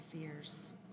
fears